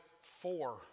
four